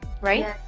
Right